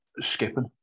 skipping